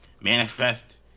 manifest